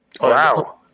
Wow